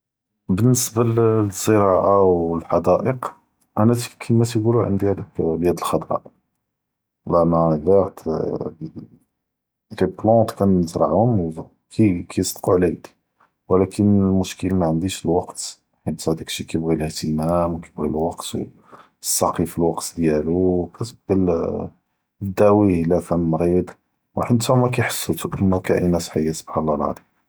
באלניסבה לזראעה ו אלחאדאיק אני כיקולו ענדי ד’יק דיאל אלחבקה, זעמה דיפלונט כנזרעום וכיסדקו על ידי, וולקין אלמשכ’ל מאענדיש אלווַקְת חית ד’אק שיי כיבג’י אלאהת’מאם וכיבג’י אלווַקְת ו ח’סכ תע’טילו אלווַקְת דיאלו ו קטדי דאוויה אם כאן מאריד וואחד עמ’רו כתסו קאיינאת חייה סובחאן אללה אלעזים.